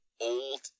old